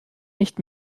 nicht